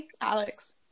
Alex